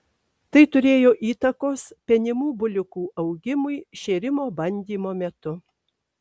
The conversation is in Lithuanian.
tai turėjo įtakos penimų buliukų augimui šėrimo bandymo metu